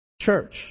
church